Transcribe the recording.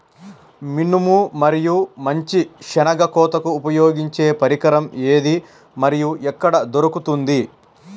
మినుము మరియు మంచి శెనగ కోతకు ఉపయోగించే పరికరం ఏది మరియు ఎక్కడ దొరుకుతుంది?